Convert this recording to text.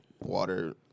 water